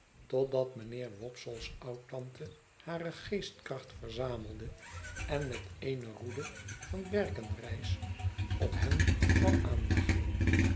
totdat mijnheer wopsle's oudtante hare geestkracht verzamelde en met eene roede van berkenrijs op hen kwam aanwaggelen